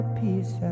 peace